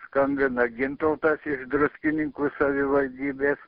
skambina gintautas iš druskininkų savivaldybės